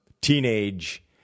teenage